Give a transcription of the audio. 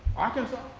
arkansas?